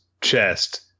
chest